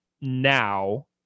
now